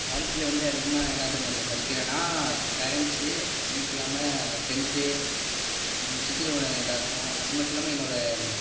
வாழ்க்கையில் வந்து அதிகமான நான் என்னாத்த மதி மதிக்கிறேனா பேரண்ட்ஸு அது மட்டும் இல்லாமல் ஃப்ரண்ட்ஸு சுற்றிலும் உள்ளவங்க எல்லோருக்கும் அது மட்டும் இல்லாமல் என்னோடய